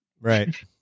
Right